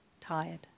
tired